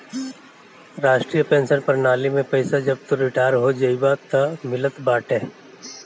राष्ट्रीय पेंशन प्रणाली में पईसा जब तू रिटायर हो जइबअ तअ मिलत बाटे